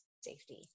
safety